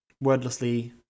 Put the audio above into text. wordlessly